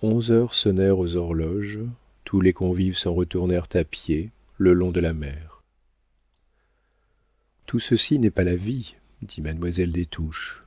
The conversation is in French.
onze heures sonnèrent aux horloges tous les convives s'en retournèrent à pied le long de la mer tout ceci n'est pas la vie dit mademoiselle des touches